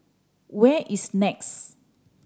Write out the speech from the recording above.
where is NEX